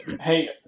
hey